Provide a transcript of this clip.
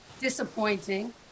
disappointing